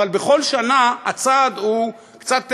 אבל בכל שנה הצעד הוא קצת תימני,